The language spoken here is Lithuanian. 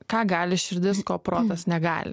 ką gali širdis ko protas negali